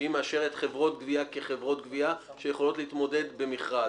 שהיא מאשרת חברות גבייה כחברות גבייה שיכולות להתמודד במכרז.